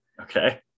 Okay